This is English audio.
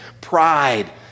pride